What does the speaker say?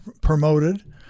promoted